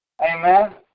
Amen